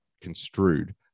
construed